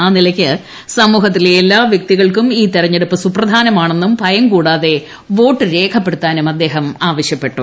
ആ നിലയ്ക്ക് സമൂഹത്തിലെ എല്ലാ വ്യക്തികൾക്കും ഈ തെരഞ്ഞെടുപ്പ് സുപ്രധാനമാണെന്നും ഭയം കൂടാതെ വോട്ടു രേഖപ്പെടുത്താനും അദ്ദേഹം പറഞ്ഞു